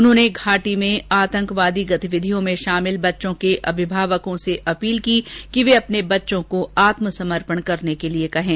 उन्होंने घाटी में आतंकवादी गतिविधियों में शामिल बच्चों के अभिभावकों से अपील की कि वे अपने बच्चों को आत्मसमर्पण करने के लिए कहें